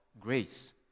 Grace